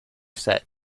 set